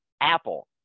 Apple